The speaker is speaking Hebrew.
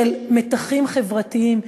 של מתחים חברתיים,